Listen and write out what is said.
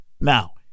Now